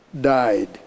died